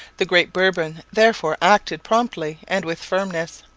the great bourbon therefore acted promptly and with firmness.